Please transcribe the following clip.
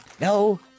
No